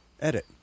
edit